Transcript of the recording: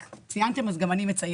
רק ציינתם אז גם אני מציינת.